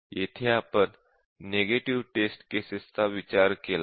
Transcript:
येथे आपण negative test केसेसचा विचार केला नाही